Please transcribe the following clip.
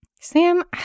Sam